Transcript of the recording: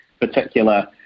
particular